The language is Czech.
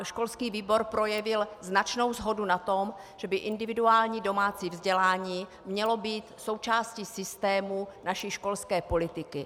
Školský výbor projevil značnou shodu na tom, že by individuální domácí vzdělání mělo být součástí systému naší školské politiky.